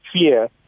fear